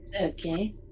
Okay